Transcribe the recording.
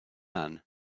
man